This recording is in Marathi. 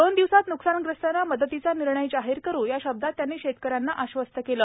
दोन दिवसात नुकसानग्रस्तांना मदतीचा निर्णय जाहीर करू या शब्दात त्यांनी शेतकऱ्यांना आश्वस्त केलं